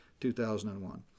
2001